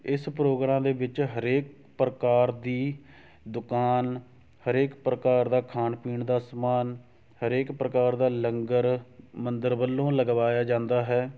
ਇਸ ਪ੍ਰੋਗਰਾਮ ਦੇ ਵਿੱਚ ਹਰੇਕ ਪ੍ਰਕਾਰ ਦੀ ਦੁਕਾਨ ਹਰੇਕ ਪ੍ਰਕਾਰ ਦਾ ਖਾਣ ਪੀਣ ਦਾ ਸਮਾਨ ਹਰੇਕ ਪ੍ਰਕਾਰ ਦਾ ਲੰਗਰ ਮੰਦਰ ਵੱਲੋਂ ਲਗਵਾਇਆ ਜਾਂਦਾ ਹੈ